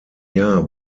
jahr